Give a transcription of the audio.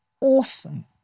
awesome